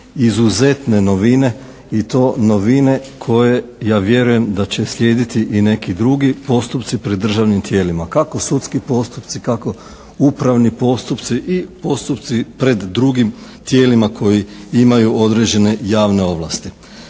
izuzetne novine i to novine koje ja vjerujem da će slijediti i neki drugi postupci pred državnim tijelima, kako sudski postupci, kako upravni postupci i postupci pred drugim tijelima koji imaju određene javne ovlasti.